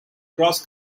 cross